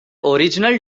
original